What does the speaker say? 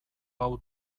hau